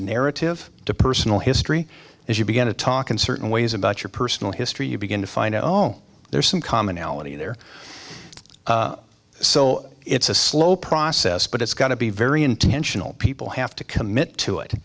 narrative to personal history as you begin to talk in certain ways about your personal history you begin to find out oh oh there's some commonality there so it's a slow process but it's got to be very intentional people have to commit to it